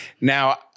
Now